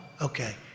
okay